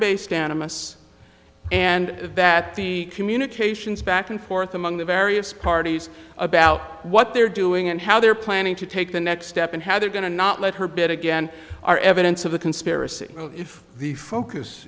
based animists and that the communications back and forth among the various parties about what they're doing and how they're planning to take the next step and how they're going to not let her bid again are evidence of a conspiracy if the focus